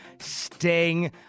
Sting